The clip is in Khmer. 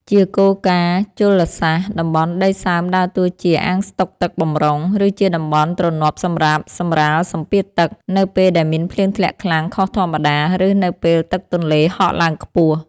ជាគោលការណ៍ជលសាស្ត្រ តំបន់ដីសើមដើរតួជា អាងស្តុកទឹកបម្រុង ឬជាតំបន់ទ្រនាប់សម្រាប់សម្រាលសម្ពាធទឹក នៅពេលដែលមានភ្លៀងធ្លាក់ខ្លាំងខុសធម្មតា ឬនៅពេលទឹកទន្លេហក់ឡើងខ្ពស់។